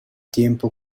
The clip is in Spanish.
tiempo